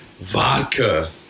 Vodka